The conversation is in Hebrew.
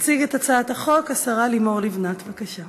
תציג את הצעת החוק השרה לימור לבנת, בבקשה.